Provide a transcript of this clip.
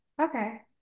Okay